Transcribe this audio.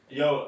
yo